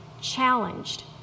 challenged